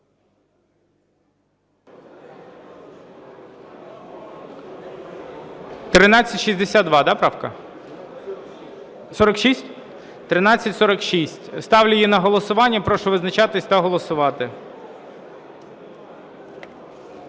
1362, да, правка? 46? 1346. Ставлю її на голосування. Прошу визначатись та голосувати.